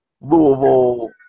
Louisville